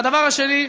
והדבר השני,